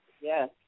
Yes